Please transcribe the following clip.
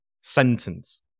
sentence